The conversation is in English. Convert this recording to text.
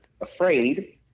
afraid